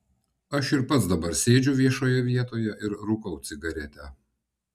aš ir pats dabar sėdžiu viešoje vietoje ir rūkau cigaretę